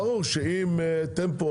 ברור שטמפו,